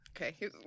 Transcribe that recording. Okay